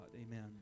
Amen